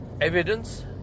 evidence